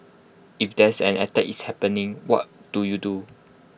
if there's an attack is happening what do you do